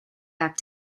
back